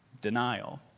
denial